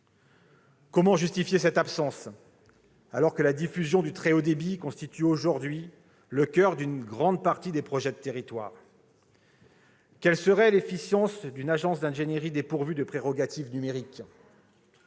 Comment justifier cette absence, alors que la diffusion du très haut débit constitue aujourd'hui le coeur d'une grande partie des projets des territoires ? Quelle serait l'efficience d'une agence d'ingénierie dépourvue de prérogatives numériques ?